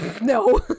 no